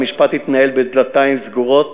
המשפט התנהל בדלתיים סגורות